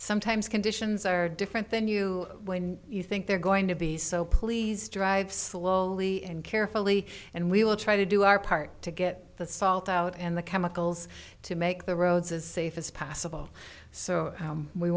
sometimes conditions are different than you when you think they're going to be so please drive slowly and carefully and we will try to do our part to get the salt out and the chemicals to make the roads as safe as possible so